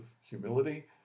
humility